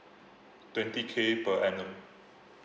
twenty K per annum